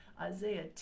Isaiah